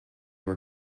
were